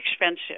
expensive